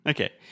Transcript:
Okay